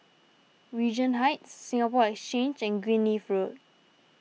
Regent Heights Singapore Exchange and Greenleaf Road